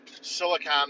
Silicon